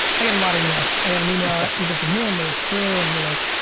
i got a lot of emails, i got an email either from him or his crew and they're like,